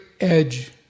edge